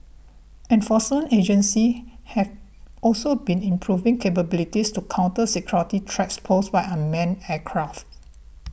enforce agencies have also been improving capabilities to counter security threats posed by unmanned aircraft